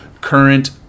current